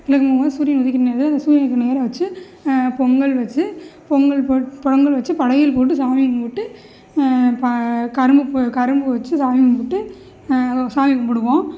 கிழக்கு முகமாக சூரியன் உதிக்கிற நேரத்தில் அந்த சூரியனுக்கு நேராக வச்சு பொங்கல் வச்சு பொங்கல் வச்சு படையல் போட்டு சாமி கும்பிட்டு ப கரும்பு கரும்பு வச்சு சாமி கும்பிட்டு சாமி கும்பிடுவோம்